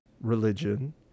religion